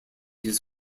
his